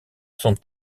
sont